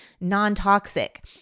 non-toxic